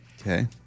Okay